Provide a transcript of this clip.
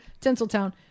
Tinseltown –